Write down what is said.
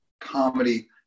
comedy